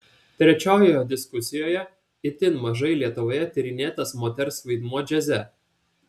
trečiojoje diskusijoje itin mažai lietuvoje tyrinėtas moters vaidmuo džiaze